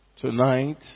tonight